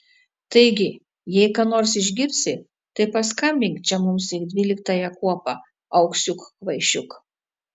taigi jei ką nors išgirsi tai paskambink čia mums į dvyliktąją kuopą auksiuk kvaišiuk